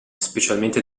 specialmente